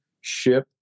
ship